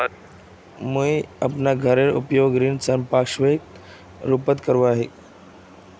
मुई अपना घोरेर उपयोग ऋण संपार्श्विकेर रुपोत करिया ही